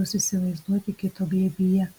jos įsivaizduoti kito glėbyje